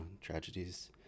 tragedies